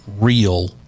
real